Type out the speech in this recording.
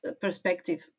perspective